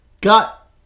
got